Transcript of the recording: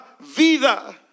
vida